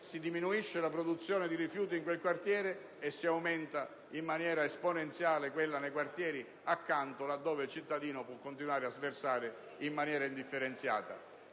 lì diminuisce la produzione di rifiuti, ma aumenta in maniera esponenziale nei quartieri contigui, dove il cittadino può continuare a sversare in maniera indifferenziata.